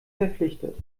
verpflichtet